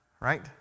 Right